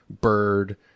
bird